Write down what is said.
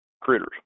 critters